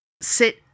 sit